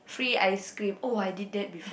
free ice cream oh I did that before